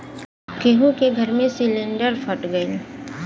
केहु के घर मे सिलिन्डर फट गयल